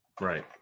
Right